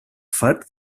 fat